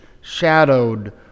shadowed